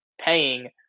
paying –